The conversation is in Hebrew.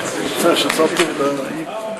תודה, רבותי.